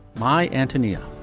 my antonia